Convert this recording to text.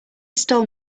stole